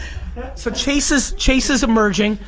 so chase is chase is emerging.